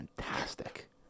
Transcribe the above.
fantastic